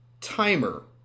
timer